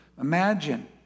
imagine